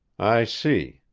i see.